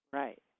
right